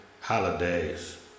holidays